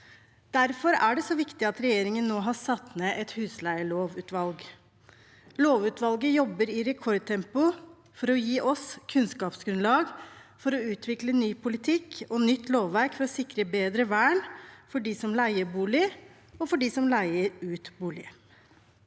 Derfor er det så viktig at regjeringen nå har satt ned et husleielovutvalg. Lovutvalget jobber i rekordtempo for å gi oss kunnskapsgrunnlag til å utvikle ny politikk og nytt lovverk for å sikre bedre vern for dem som leier bolig, og for dem som leier ut bolig.